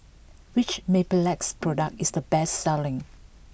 which Mepilex product is the best selling